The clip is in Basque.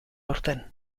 aurten